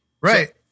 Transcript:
Right